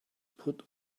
put